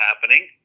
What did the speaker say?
happening